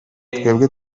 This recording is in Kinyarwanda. twebwe